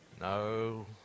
No